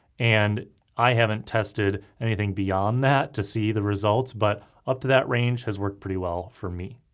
and i haven't tested anything beyond that to see the results but up to that range has worked pretty well for me.